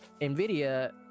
NVIDIA